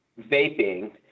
vaping